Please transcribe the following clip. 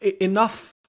enough